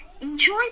Enjoy